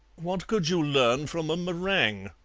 what could you learn from a meringue?